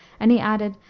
and he added,